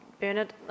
Bernard